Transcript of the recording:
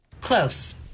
Close